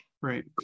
Right